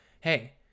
hey